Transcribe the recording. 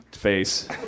face